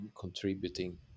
contributing